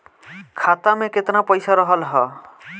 खाता में केतना पइसा रहल ह?